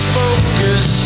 focus